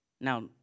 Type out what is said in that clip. Now